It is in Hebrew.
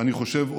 ואני חושב,